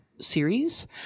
series